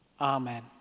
Amen